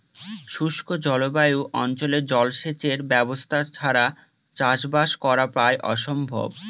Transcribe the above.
শুষ্ক জলবায়ু অঞ্চলে জলসেচের ব্যবস্থা ছাড়া চাষবাস করা প্রায় অসম্ভব